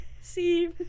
See